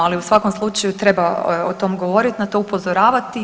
Ali u svakom slučaju treba o tome govoriti, na to upozoravati.